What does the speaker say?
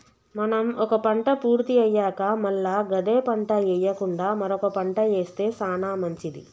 మనం ఒక పంట పూర్తి అయ్యాక మల్ల గదే పంట ఎయ్యకుండా మరొక పంట ఏస్తె సానా మంచిది